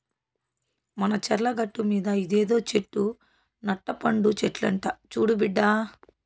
మన చర్ల గట్టుమీద ఇదేదో చెట్టు నట్ట పండు చెట్లంట చూడు బిడ్డా